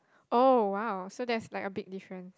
oh !wow! so that's like a big difference